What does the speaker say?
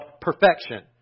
perfection